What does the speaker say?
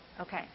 Okay